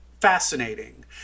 fascinating